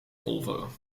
volvo